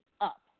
up